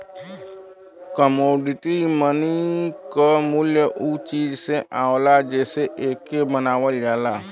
commodity money क मूल्य उ चीज से आवला जेसे एके बनावल जाला